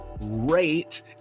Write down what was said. rate